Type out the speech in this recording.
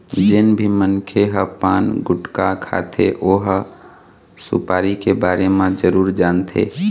जेन भी मनखे ह पान, गुटका खाथे ओ ह सुपारी के बारे म जरूर जानथे